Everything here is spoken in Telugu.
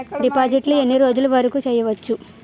డిపాజిట్లు ఎన్ని రోజులు వరుకు చెయ్యవచ్చు?